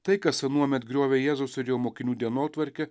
tai kas anuomet griovė jėzaus ir jo mokinių dienotvarkę